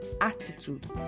attitude